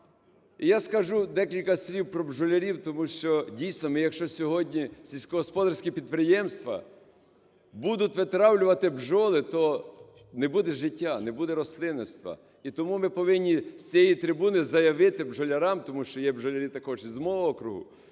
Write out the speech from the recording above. я скажу декілька слів про бджолярів, тому що, дійсно, ми якщо сьогодні сільськогосподарські підприємства будуть витравлювати бджоли, то не буде життя, не буде рослинництва. І тому ми повинні з цієї трибуни заявити бджолярам, тому що є бджолярі також і з мого округу,